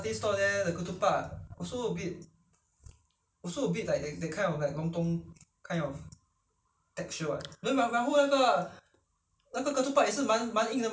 but it depends you know it could be they get from the supplier fresh or something I I don't know but for the N_T_U_C 他们已经放在那边很久了所以不新鲜可能会硬硬的